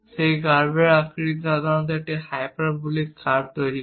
সেই কার্ভর আকৃতি সাধারণত একটি হাইপারবোলিক কার্ভ তৈরি করে